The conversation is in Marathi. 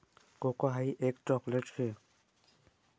कोको हाई एक चॉकलेट शे